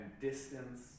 distance